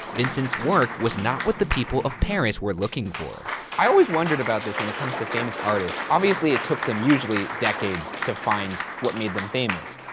vincent's work was not what the people of paris were looking for. i always wondered about this when it comes to famous artists. obviously it took them, usually decades, to find what made them famous.